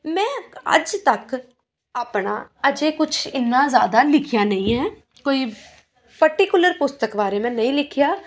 ਮੈਂ ਅੱਜ ਤੱਕ ਆਪਣਾ ਅਜੇ ਕੁਛ ਇੰਨਾ ਜ਼ਿਆਦਾ ਲਿਖਿਆ ਨਹੀਂ ਹੈ ਕੋਈ ਪਰਟੀਕੁਲਰ ਪੁਸਤਕ ਬਾਰੇ ਮੈਂ ਨਹੀਂ ਲਿਖਿਆ